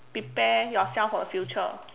prepare yourself for the future